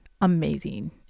amazing